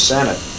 Senate